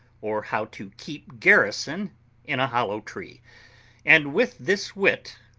or how to keep garrison in a hollow tree and with this wit,